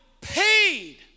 paid